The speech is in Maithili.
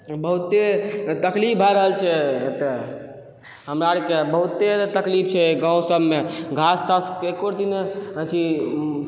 बहुते तकलीफ भए रहल छै हमरा आरके बहुते तकलीफ छै गाँव सबमे घास तास एको रति नहि अथी